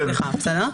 בסדר.